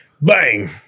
Bang